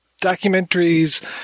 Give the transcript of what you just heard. documentaries